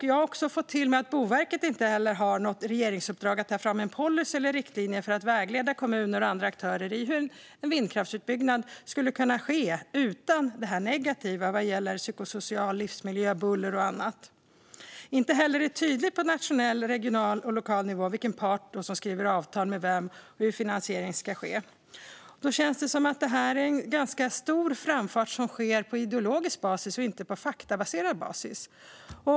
Jag har fått veta att Boverket inte har något regeringsuppdrag att ta fram en policy eller riktlinjer för att vägleda kommuner och andra aktörer i hur en vindkraftsutbyggnad ska kunna ske utan det som är negativt vad gäller psykosocial livsmiljö, buller och annat. Inte heller är det tydligt på nationell, regional och lokal nivå vilken part som skriver avtal med vem och hur finansiering ska ske. Det känns som att det är en ganska stor framfart som sker på ideologisk basis, inte på faktabaserad basis.